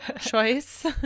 choice